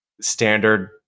standard